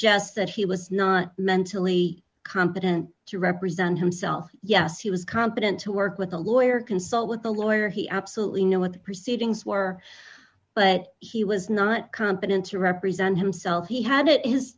suggests that he was not mentally competent to represent himself yes he was competent to work with a lawyer consult with a lawyer he absolutely know what proceedings were but he was not competent to represent himself he had